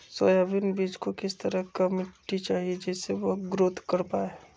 Soybean बीज को किस तरह का मिट्टी चाहिए जिससे वह ग्रोथ कर पाए?